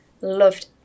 loved